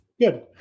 Good